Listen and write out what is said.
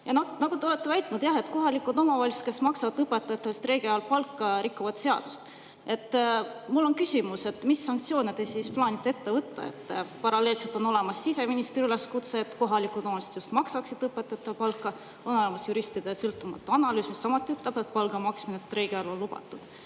kohta. Te olete väitnud, jah, et kohalikud omavalitsused, kes maksavad õpetajatele streigi ajal palka, rikuvad seadust. Mul on küsimus, mis sanktsioone te siis plaanite ette võtta. Paralleelselt on olemas siseministri üleskutse, et kohalikud omavalitsused just maksaksid õpetajatele palka. On olemas juristide sõltumatu analüüs, mis samuti ütleb, et palga maksmine streigi ajal on lubatud.